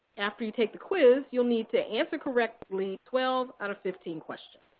after you take the quiz you'll need to answer correctly twelve out of fifteen questions.